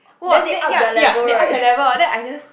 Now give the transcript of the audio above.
!wah! then ya ya they ask their level orh then I just